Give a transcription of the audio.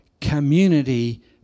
community